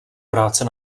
práce